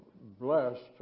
blessed